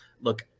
Look